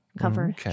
cover